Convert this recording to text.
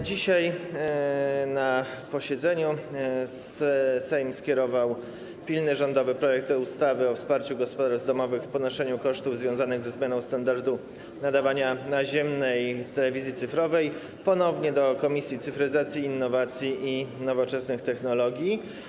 Dzisiaj na posiedzeniu Sejm skierował pilny rządowy projekt ustawy o wsparciu gospodarstw domowych w ponoszeniu kosztów związanych ze zmianą standardu nadawania naziemnej telewizji cyfrowej ponownie do Komisji Cyfryzacji, Innowacji i Nowoczesnych Technologii.